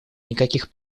никаких